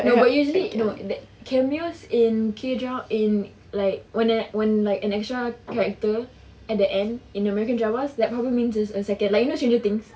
no but usually no that cameos in K drama in like one and the~ in an extra character at the end in american dramas like probably means there's a second like you know stranger things